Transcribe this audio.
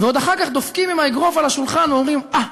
ועוד אחר כך דופקים עם האגרוף על השולחן ואומרים: אה,